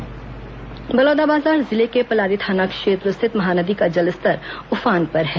महानदी उफान बलौदाबाजार जिले के पलारी थाना क्षेत्र स्थित महानदी का जलस्तर उफान पर है